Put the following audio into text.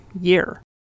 year